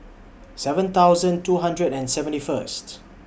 seven thousand two hundred and seventy First